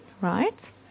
right